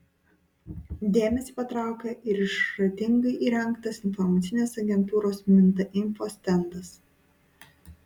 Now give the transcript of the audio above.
dėmesį patraukia ir išradingai įrengtas informacinės agentūros minta info stendas